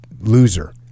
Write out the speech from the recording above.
Loser